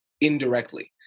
indirectly